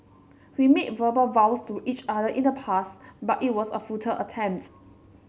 we made verbal vows to each other in the past but it was a futile attempts